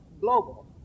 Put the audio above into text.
global